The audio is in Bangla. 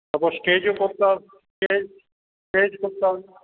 আবার স্টেজও করতে হবে স্টেজ স্টেজ করতে হবে